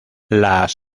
las